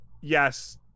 yes